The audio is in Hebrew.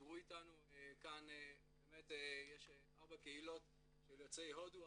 כאן באמת יש ארבע קהילות של יוצאי הודו,